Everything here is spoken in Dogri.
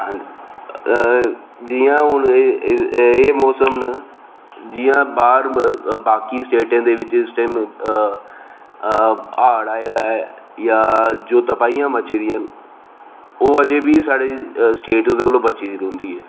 जि'यां हून एह् मौसम न जि'यां बाह्र बाकी स्टेटें दे बिच इस टाइम हाड़ आए दे न जां जे तबाहियां मची दियां न ओह् अजें बी साढ़ी स्टेट ओह्दे कोला बची दी रौंहदी ऐ